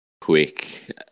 quick